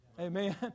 Amen